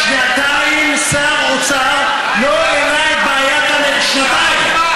שנתיים שר האוצר לא העלה את בעיית, כמה זמן?